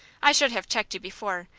i should have checked you before,